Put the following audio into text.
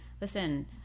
listen